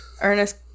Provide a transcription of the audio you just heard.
Ernest